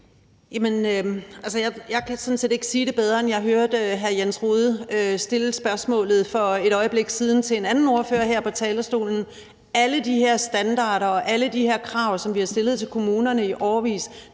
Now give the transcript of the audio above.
set ikke sige det bedre, end jeg hørte hr. Jens Rohde sige det i spørgsmålet for et øjeblik siden til en anden ordfører her på talerstolen. Alle de her standarder og alle de her krav, som vi har stillet til kommunerne i årevis,